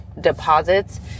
deposits